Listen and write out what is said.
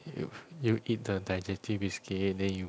if you you eat the digestive biscuit then you